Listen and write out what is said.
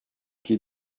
qui